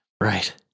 Right